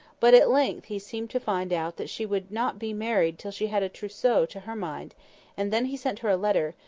but at length he seemed to find out that she would not be married till she had a trousseau to her mind and then he sent her a letter,